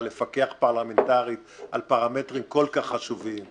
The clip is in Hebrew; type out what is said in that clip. לפקח פרלמנטרית על פרמטרים כל כך חשובים.